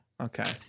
okay